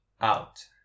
Out